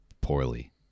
poorly